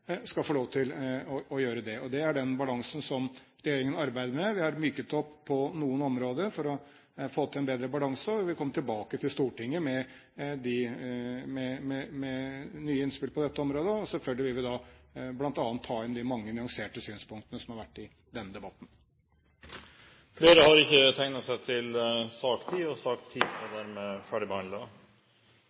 skal få lov til å gjøre det. Det er den balansen som regjeringen arbeider med. Vi har myket opp på noen områder for å få til en bedre balanse, og vi vil komme tilbake til Stortinget med nye innspill på dette området. Selvfølgelig vil vi da bl.a. ta inn de mange nyanserte synspunktene som har vært i denne debatten. Flere har ikke bedt om ordet til sak nr. 10. Stortinget avbryter nå sine forhandlinger, og